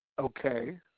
Okay